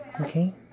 okay